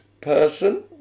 person